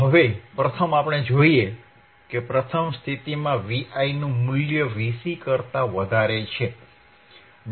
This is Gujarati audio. તો હવે પ્રથમ આપણે જોઈએ કે પ્રથમ સ્થિતિમાં Vi નું મુલ્ય Vc કરતા વધારે છે